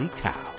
cow